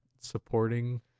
supporting